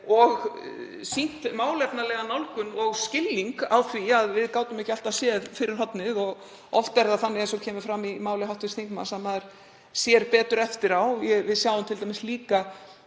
og sýnt málefnalega nálgun og skilning á því að við gátum ekki alltaf séð fyrir hornið. Oft er það þannig, eins og kemur fram í máli hv. þingmanns, að maður sér betur eftir á. Við sjáum t.d. að